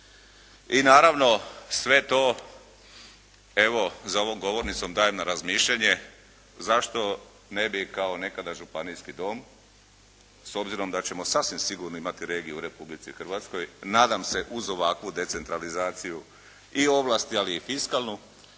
I naravno sve to evo za ovom govornicom dajem na razmišljanje zašto ne bi kao nekada županijski dom, s obzirom da ćemo sasvim sigurno imati regiju u Republici Hrvatskoj, nadam se uz ovakvu decentralizaciju i ovlasti ali i fiskalnu